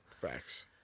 Facts